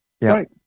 right